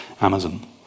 Amazon